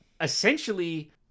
essentially